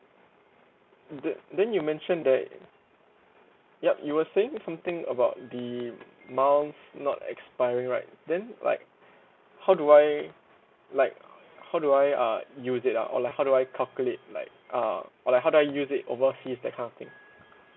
then then you mentioned that yup you were saying something about the miles not expiring right then like how do I like how do I uh use it ah or like how do I calculate like uh or how do I use it overseas that kind of thing